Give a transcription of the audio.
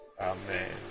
Amen